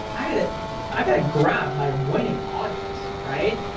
i gotta i gotta grab my winning audience, right?